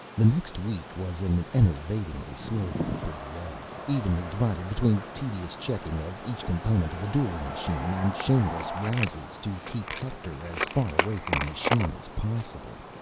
the next week was an enervatingly slow one for leoh, evenly divided between tedious checking of each component of the dueling machine, and shameless ruses to keep hector as far away from the machine as possible.